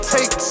Take